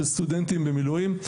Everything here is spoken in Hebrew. של סטודנטים במילואים.